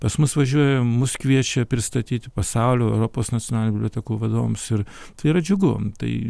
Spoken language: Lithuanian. pas mus važiuoja mus kviečia pristatyti pasaulio europos nacionalinių bibliotekų vadovams ir tai yra džiugu tai